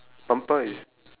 bumper is